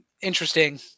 interesting